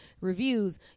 reviews